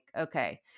okay